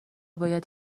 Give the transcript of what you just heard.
باید